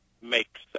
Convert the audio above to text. makes